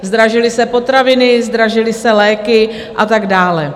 Zdražily se potraviny, zdražily se léky a tak dále.